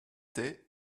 tais